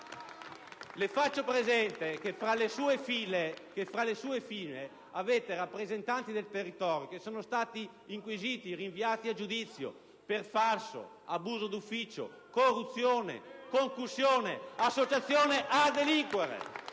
Le faccio presente che fra le vostre fila avete rappresentanti del territorio che sono stati inquisiti, rinviati a giudizio per falso, abuso d'ufficio, corruzione, concussione, associazione a delinquere.